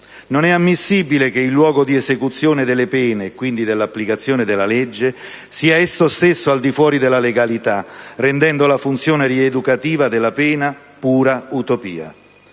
Non è ammissibile che il luogo di esecuzione delle pene, quindi dell'applicazione della legge, sia esso stesso al di fuori della legalità, rendendo la funzione rieducativa della pena pura utopia.